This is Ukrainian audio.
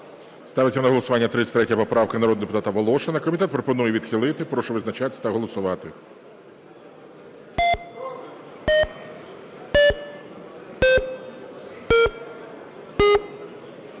Ставиться на голосування 33 поправка народного депутата Волошина. Комітет пропонує відхилити. Прошу визначатись та голосувати.